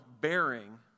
bearing